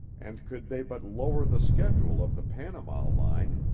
and could they but lower the schedule of the panama line,